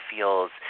Feels